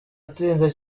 atinze